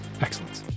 Excellence